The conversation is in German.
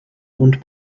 und